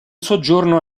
soggiorno